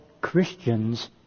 Christians